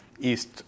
East